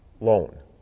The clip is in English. loan